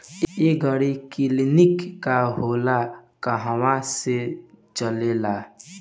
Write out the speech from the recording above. एगरी clinic का होला कहवा से चलेँला?